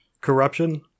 corruption